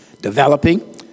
developing